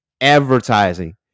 advertising